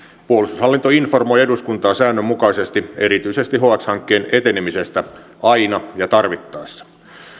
puolustushallinto informoi eduskuntaa säännönmukaisesti erityisesti hx hankkeen etenemisestä aina ja tarvittaessa